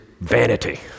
vanity